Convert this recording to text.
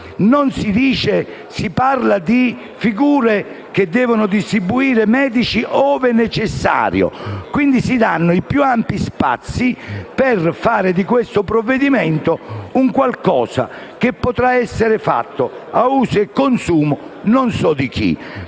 delicato. Si parla di figure che devono distribuire farmaci «ove necessario», e quindi si danno i più ampi spazi per fare di questo provvedimento qualcosa che potrà essere gestito a uso e consumo non so di chi.